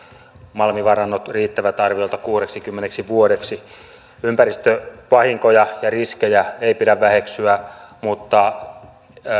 malmivarannot riittävät arviolta kuudeksikymmeneksi vuodeksi ympäristövahinkoja ja riskejä ei pidä väheksyä mutta